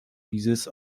dieses